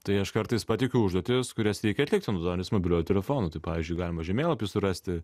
tai aš kartais pateikiu užduotis kurias reikia atlikti naudojantis mobiliuoju telefonu tai pavyzdžiui galima žemėlapyje surasti